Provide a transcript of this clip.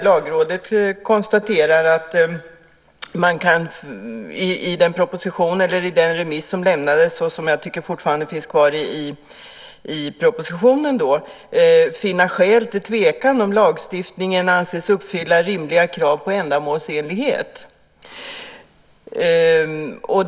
Lagrådet konstaterar att man i den remiss som lämnades kan finna skäl till tvekan om lagstiftningen kan anses uppfylla rimliga krav på ändamålsenlighet. Det är något som jag tycker fortfarande finns kvar i propositionen.